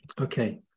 Okay